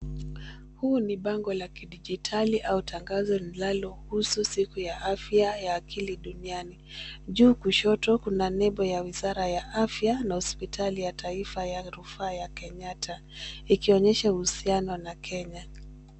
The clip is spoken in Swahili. Huu ni bango la kidijitali au tangazo linalohusu siku ya afya ya akili duniani. Juu kushoto kuna nembo ya wizara ya afya na hosipitali ya taifa ya rufaa Kenyata ikionyesha uhusiano na Kenya.